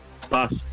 Pass